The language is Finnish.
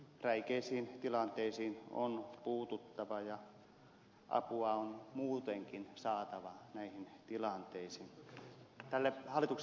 räikeisiin tilanteisiin on puututtava ja apua on muutenkin saatava näihin tilanteisiin